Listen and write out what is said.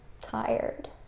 tired